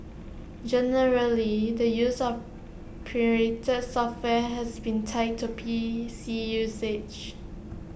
generally the use of pirated software has been tied to P C usage